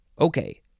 Okay